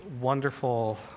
wonderful